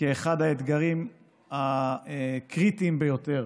כאחד האתגרים הקריטיים ביותר